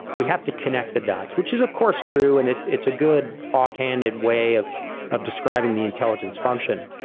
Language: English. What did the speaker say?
we have to connect the dots, which is, of course, true and it's it's a good, offhanded way of of describing the intelligence function,